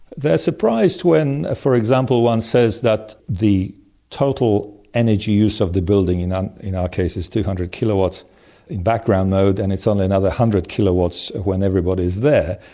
they're surprised when, for example, one says that the total energy use of the building in um in our case is two hundred kilowatts in background mode and it's only another one hundred kilowatts when everybody's there,